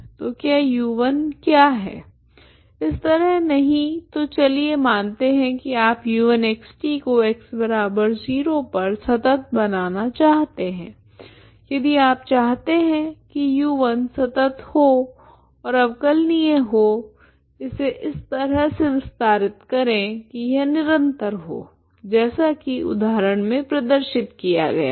तो क्या u1 क्या है इस तरह नहीं तो चलिए मानते है कि आप u1xt को x0 पर संतत बनाना चाहते है यदि आप चाहते हैं u1 संतत ओर अवकलनीय हो इसे इस तरह से विस्तारित करें कि यह निरंतर हो जैसा कि उदाहरण मे प्रदर्शित किया गया है